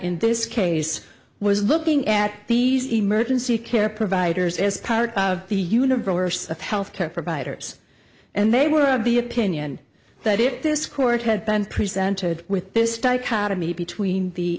in this case was looking at these emergency care providers as part of the universe of health care providers and they were of the opinion that if this court had been presented with this dichotomy between the